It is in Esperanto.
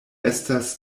estas